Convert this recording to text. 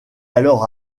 alors